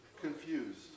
Confused